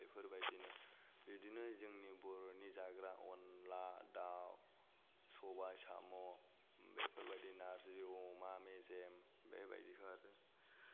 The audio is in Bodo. बेफोरबादिनो बिदिनो जोंनि बर'नि जाग्रा अनद्ला दाउ सबाय साम' बेफोरबादि नारजि अमा मेजेम बेबायदिखौ आरो